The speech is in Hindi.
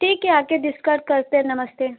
ठीक है आकर डिस्कस करते हैं नमस्ते